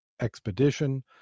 expedition